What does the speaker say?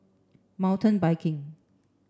Mountain Biking